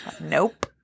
Nope